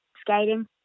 skating